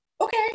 okay